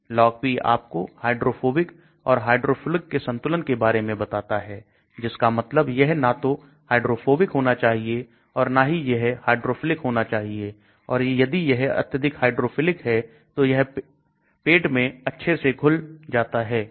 Log P आपको hydrophobic और hydrophilic के संतुलन के बारे में बताता है जिसका मतलब यह ना तो हाइड्रोफोबिक होना चाहिए और ना ही यह हाइड्रोफिलिक होना चाहिए और यदि यह अत्यधिक हाइड्रोफिलिक है तो यह है पेट में अच्छे से घुल जाता है